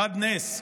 חד-נס,